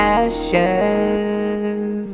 ashes